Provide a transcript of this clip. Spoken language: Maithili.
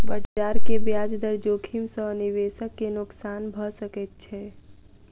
बजार के ब्याज दर जोखिम सॅ निवेशक के नुक्सान भ सकैत छै